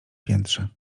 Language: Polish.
piętrze